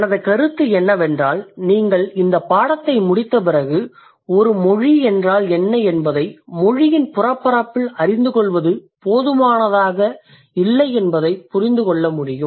எனது கருத்து என்னவென்றால் நீங்கள் இந்தப் பாடத்தை முடித்த பிறகு ஒரு மொழி என்றால் என்ன என்பதை மொழியின் புறப்பரப்பில் அறிந்து கொள்வது போதுமானதாக இல்லை என்பதைப் புரிந்து கொள்ள முடியும்